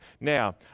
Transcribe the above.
Now